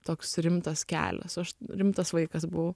toks rimtas kelias o aš rimtas vaikas buvau